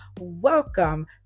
Welcome